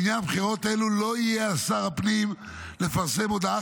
לעניין בחירות אלו לא יהיה על שר הפנים לפרסם הודעה